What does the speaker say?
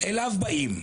אליו באים.